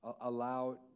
allow